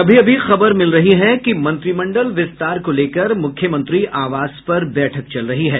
अभी अभी खबर मिली है कि मंत्रिमंडल विस्तार को लेकर मुख्यमंत्री आवास पर बैठक चल रही है